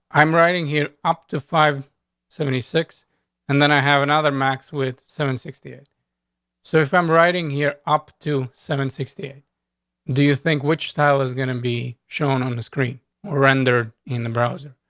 i'm writing here up to five seventy six and then i have another max with seven sixty eight so if i'm writing here up to seven sixty eight do you think which style is gonna be shown on the screen or render in the browser?